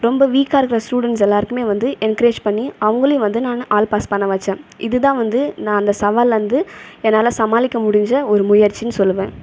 ரொம்ப வீக்காக இருக்கிற ஸ்டூடெண்ட்ஸ் எல்லோருக்குமே வந்து என்கரேஜ் பண்ணி அவங்களையும் வந்து நான் ஆல் பாஸ் பண்ண வச்சேன் இது தான் நான் அந்த சவாலை வந்து என்னால் சமாளிக்க முடிஞ்ச ஒரு முயற்சினு சொல்லுவேன்